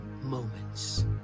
moments